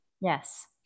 Yes